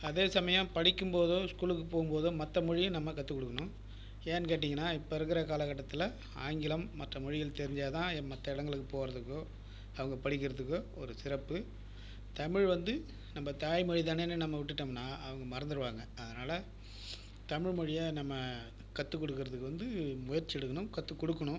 அதே சமய படிக்கும் போது ஸ்கூலுக்கு போகும் போதும் மற்ற மொழியை நம்ம கற்றுக் கொடுக்கணும் ஏன்னு கேட்டீங்கனால் இப்போ இருக்கிற காலகட்டத்தில் ஆங்கிலம் மற்ற மொழிகள் தெரிஞ்சாதான் மற்ற இடங்களுக்கு போகிறதுக்கோ அவங்க படிக்கிறதுக்கோ ஒரு சிறப்பு தமிழ் வந்து நம்ம தாய் மொழிதானேனு நம்ம விட்டுட்டோம்னா அவங்க மறந்துருவாங்க அதனால் தமிழ் மொழியை நம்ம கற்று கொடுக்கறதுக்கு வந்து முயற்சி எடுக்கணும் கற்று கொடுக்ணும்